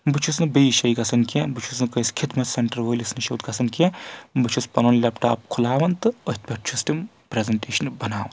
بہٕ چھُس نہٕ بیٚیہِ جایہِ گژھان کینٛہہ بہٕ چھُس نہٕ کٲنٛسہِ خدمت سیٚنٛٹر وٲلِس نِش یوت گژھان کینٛہہ بہٕ چھُس پَنُن لیپ ٹاپ کھُلاوان تہٕ أتھۍ پؠٹھ چھَس تِم پریزنٹیشنہٕ بناوَان